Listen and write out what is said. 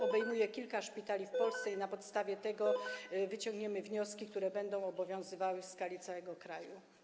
Obejmuje on kilka szpitali w Polsce i na podstawie tego wyciągniemy wnioski, które będą obowiązywały w skali całego kraju.